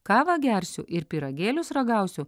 kavą gersiu ir pyragėlius ragausiu